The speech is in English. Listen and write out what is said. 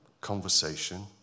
conversation